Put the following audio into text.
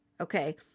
okay